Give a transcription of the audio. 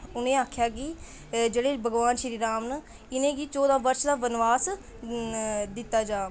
उनें आक्खेआ की जेह्ड़े भगवान श्रीराम न इनेंगी चौदहां वर्ष दा वनवास दित्ता जा